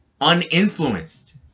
uninfluenced